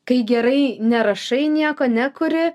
kai gerai nerašai nieko nekuri